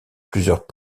plusieurs